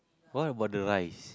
what about the rice